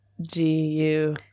G-U